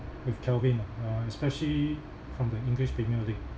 with kelvin ah uh especially from the english premier league